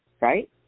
right